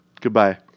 Goodbye